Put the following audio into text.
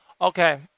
Okay